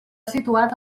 situat